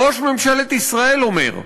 ראש ממשלת ישראל אומר: